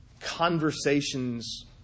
conversations